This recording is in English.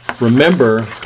remember